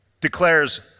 declares